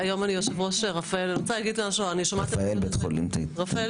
והיום אני יושבת ראש בית החולים רפאל.